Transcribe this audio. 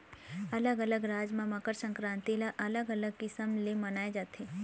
अलग अलग राज म मकर संकरांति ल अलग अलग किसम ले मनाए जाथे